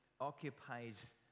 occupies